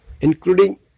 including